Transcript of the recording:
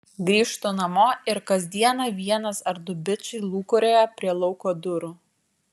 grįžtu namo ir kas dieną vienas ar du bičai lūkuriuoja prie lauko durų